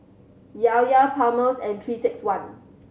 Llao Llao Palmer's and Three Six One